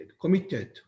committed